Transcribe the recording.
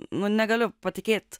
nu negaliu patikėt